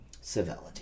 Civility